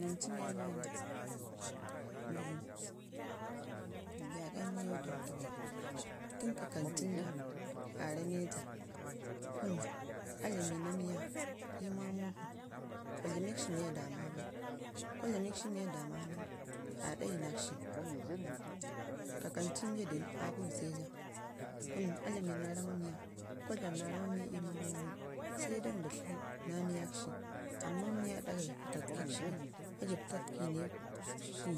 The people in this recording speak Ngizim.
nan cuu miya ganai gaaɗa wyau da məttaɓai tən ƙak anjinja a rame jaa a damina miya ii miya u mamu ƙun kwa dlamek shi miya dama bai. lava dlamkshi miya daama nən aa dayunakshi, kakan sa dan aa rameja a dlaik nekshi